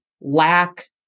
lack